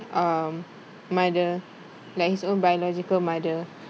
um mother like his own biological mother